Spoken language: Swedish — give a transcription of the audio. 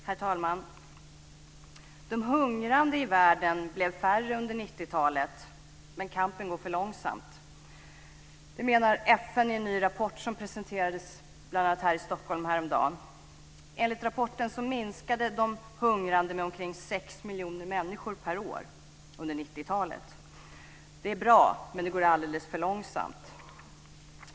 Herr talman! De hungrande i världen blev färre under 90-talet, men kampen går för långsamt. Det menar FN i en ny rapport som presenterades häromdagen i bl.a. Stockholm. Enligt rapporten minskade de hungrande med omkring 600 miljoner per år under 90-talet. Det är bra, men det går alldeles för långsamt.